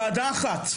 ועדה אחת.